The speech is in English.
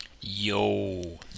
Yo